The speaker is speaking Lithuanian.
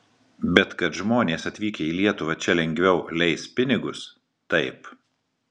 bet kad žmonės atvykę į lietuvą čia lengviau leis pinigus taip